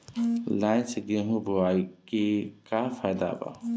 Line से गेहूं बोआई के का फायदा बा?